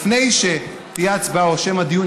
לפני שתהיה הצבעה או שמא דיון,